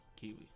Kiwi